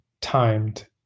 timed